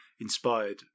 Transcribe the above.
inspired